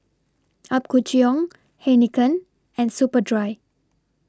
Apgujeong Heinekein and Superdry